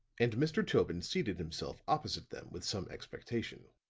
and mr. tobin seated himself opposite them with some expectation.